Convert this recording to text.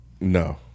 No